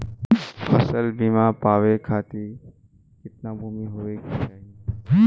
फ़सल बीमा पावे खाती कितना भूमि होवे के चाही?